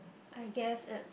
I guess as